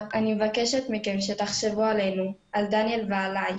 אני מבקשת מכם שתחשבו עלינו, על דניאל ועליי.